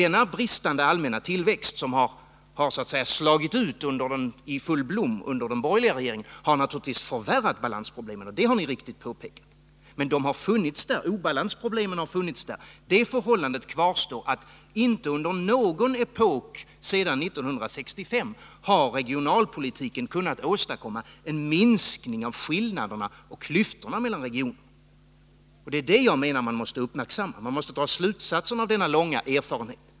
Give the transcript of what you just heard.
Denna bristande allmänna tillväxt, som har så att säga slagit ut i full blom under den borgerliga regeringen, har naturligtvis förvärrat balansproblemen — vilket ni så riktigt har påpekat — men obalansproblemen har funnits där redan tidigare. Faktum kvarstår att inte under någon epok sedan 1965 har regionalpolitiken kunnat åstadkomma en minskning av skillnaderna och klyftorna mellan regionerna, och det är det som jag menar att man måste uppmärksamma. Man måste dra slutsatser av denna långa erfarenhet.